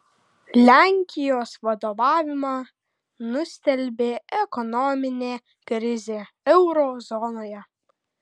lenkijos vadovavimą nustelbė ekonominė krizė euro zonoje